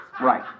Right